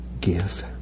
give